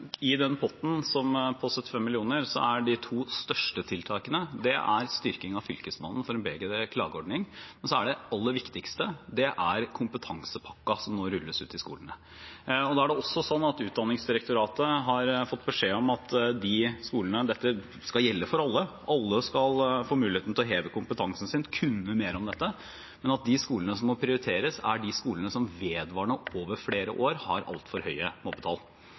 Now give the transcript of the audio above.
I den potten på 75 mill. kr er de to største tiltakene styrking av Fylkesmannen for å få en bedre klageordning og – det aller viktigste – kompetansepakken som nå rulles ut i skolene. Dette skal gjelde for alle. Alle skal få muligheten til å heve kompetansen sin og til å kunne mer om dette, men Utdanningsdirektoratet har fått beskjed om at de skolene som må prioriteres, er de skolene som vedvarende, over flere år, har altfor høye